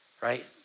right